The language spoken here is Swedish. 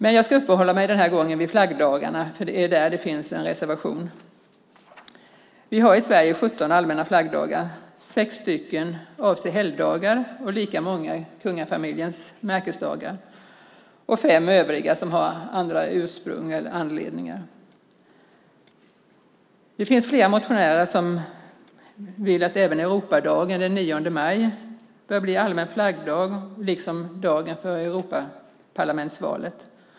Men jag ska den här gången uppehålla mig vid flaggdagarna, för det är där det finns en reservation. Vi har i Sverige 17 allmänna flaggdagar, 6 avser helgdagar och lika många kungafamiljens märkesdagar. De fem övriga har andra ursprung eller anledningar. Det finns flera motionärer som tycker att även Europadagen den 9 maj bör bli allmän flaggdag liksom dagen före Europaparlamentsvalet.